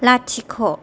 लाथिख'